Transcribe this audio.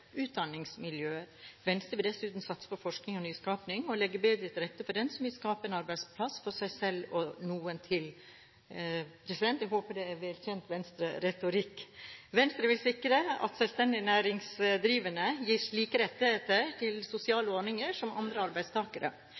utdanningsmiljøer. Venstre vil dessuten satse på forskning og nyskaping og legge bedre til rette for dem som vil skape en arbeidsplass for seg selv og noen til. Jeg håper det er velkjent Venstre-retorikk. Venstre vil sikre at selvstendig næringsdrivende gis samme rettigheter til sosiale ordninger som andre arbeidstakere.